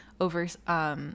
over